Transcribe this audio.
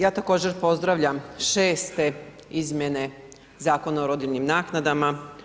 Ja također, pozdravljam 6. izmjene Zakona o rodiljnim naknadama.